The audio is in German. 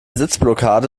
sitzblockade